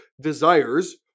desires